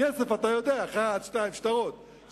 כסף אתה יודע, 1, 2, שטרות.